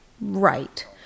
right